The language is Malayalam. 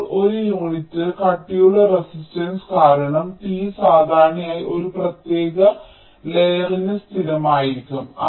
ഇപ്പോൾ ഒരു യൂണിറ്റ് കട്ടിയുള്ള റെസിസ്റ്റൻസ് കാരണം t സാധാരണയായി ഒരു പ്രത്യേക ലെയറിന് സ്ഥിരമായിരിക്കും